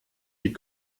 die